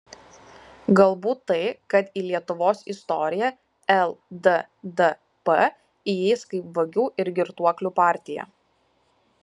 galbūt tai kad į lietuvos istoriją lddp įeis kaip vagių ir girtuoklių partija